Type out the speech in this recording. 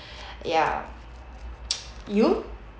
ya you